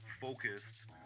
focused